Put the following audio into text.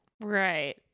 Right